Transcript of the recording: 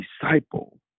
disciple